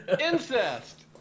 Incest